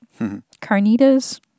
Carnitas